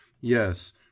Yes